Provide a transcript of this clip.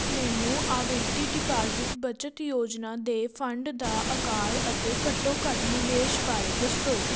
ਮੈਨੂੰ ਆਵਿਰਤੀ ਡਿਪਾਜ਼ਿਟ ਬੱਚਤ ਯੋਜਨਾ ਦੇ ਫੰਡ ਦਾ ਆਕਾਰ ਅਤੇ ਘੱਟੋ ਘੱਟ ਨਿਵੇਸ਼ ਬਾਰੇ ਦੱਸੋ